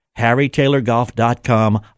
harrytaylorgolf.com